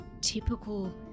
typical